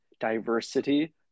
diversity